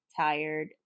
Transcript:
tired